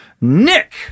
Nick